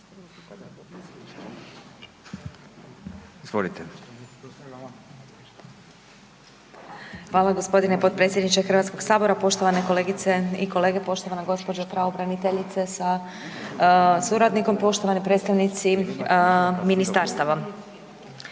Hvala gospodine potpredsjedniče HS-a. Poštovane kolegice i kolege, poštovana gospođo pravobraniteljice sa suradnikom, poštovani predstavnici ministarstava.